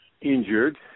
injured